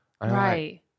Right